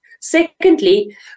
Secondly